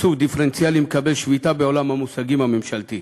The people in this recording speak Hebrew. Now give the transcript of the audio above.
תקצוב דיפרנציאלי מקבל שביתה בעולם המושגים הממשלתי,